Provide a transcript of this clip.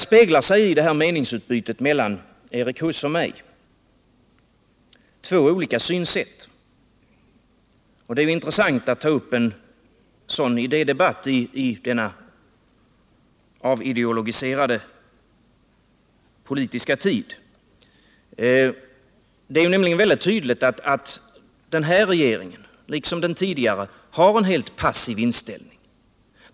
103 I detta meningsutbyte mellan Erik Huss och mig speglar sig två olika synsätt. Det är intressant att ta upp en sådan idédebatt i denna avideologiserade politiska tid. Det framstår nämligen mycket tydligt att den här regeringen, liksom den tidigare, har en helt passiv inställning.